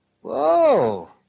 Whoa